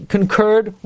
Concurred